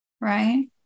right